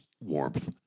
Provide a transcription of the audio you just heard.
warmth